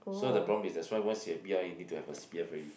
so the problem is that's why once you are p_r you need to have a P_R already